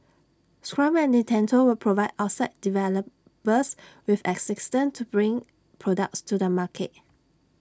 scrum and Nintendo will provide outside developers with assistance to bring products to the market